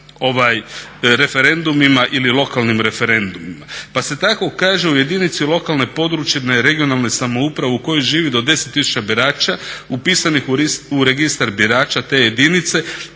referendumima ili lokalnim referendumima pa se tako kaže u jedinici lokalne, područne (regionalne) samouprave u kojoj živi do 10 000 birača upisanih u registar birača te jedinice,